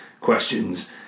questions